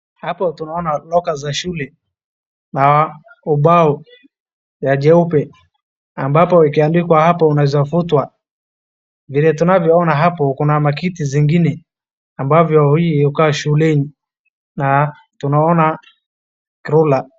Hapo tunaona lockers za shule na ubao ya jeupe ambapo ikiandikwa hapo unaezafutwa, vile tunavyoona hapo kuna makiti zingine ambapo hii hukaa shuleni na tunaona ruler .